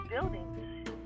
buildings